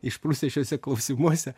išprusę šiuose klausimuose